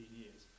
years